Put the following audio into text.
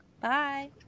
Bye